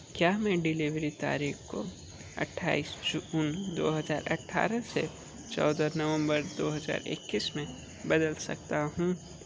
क्या मैं डिलीवरी तारीख को अट्ठाईस जून दो हजार अठारह से चौदह नवम्बर दो हजार इक्कीस में बदल सकता हूँ